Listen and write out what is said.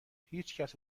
هیچکس